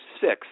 six